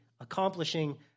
accomplishing